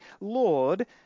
Lord